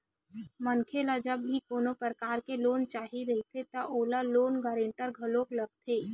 मनखे ल जब भी कोनो परकार के लोन चाही रहिथे त ओला लोन गांरटर घलो लगथे